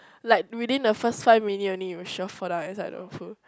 like within the first five minute only you sure fall down inside the pool